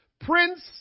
Prince